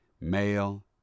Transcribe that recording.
male